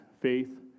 faith